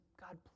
God